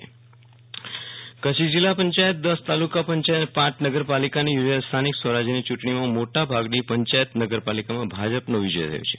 વીરલ રાણા ચૂંટણી પરીણામ કચ્છ જિલ્લા પંચાયત દસ તાલુકા પંચાયત અને પાંચ નગરપાલિકાની યોજાયેલ સ્થાનિક સ્વરાજ્યની ચ્રંટણીમાં મોટાભાગની પંચાયત નગરપાલિકામાં ભાજપનો વિજય થયો છે